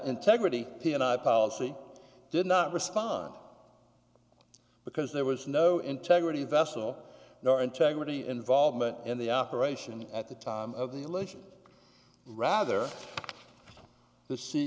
i policy did not respond because there was no integrity vessel nor integrity involvement in the operation at the time of the election rather the sea